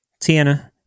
Tiana